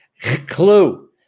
Clue